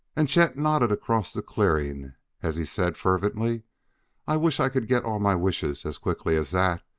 and chet nodded across the clearing as he said fervently i wish i could get all my wishes as quickly as that.